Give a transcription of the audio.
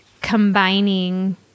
combining